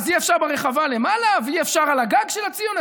אז אי-אפשר ברחבה למעלה ואי-אפשר על הגג של הציון,